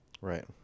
Right